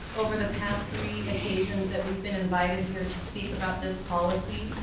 over the past three occasions that we've been invited here to speak about this policy,